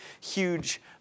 huge